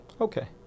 okay